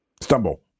stumble